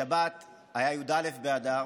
בשבת היה י"א באדר,